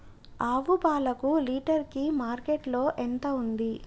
ఆవు పాలకు లీటర్ కి మార్కెట్ లో ఎంత ఉంది?